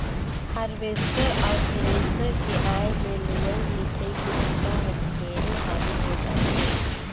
harvester अउ thresher के आए ले लुवई, मिंसई के बूता हर ढेरे हालू हो जाथे